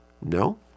No